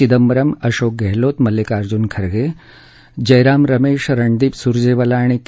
चिदंबरम अशोक गेहलोत मल्लिकर्जून खरगे जयराम रमेश रणदीप सुरजेवाला आणि के